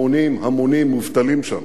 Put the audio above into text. המונים המונים מובטלים שם.